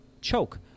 choke